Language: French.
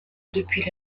depuis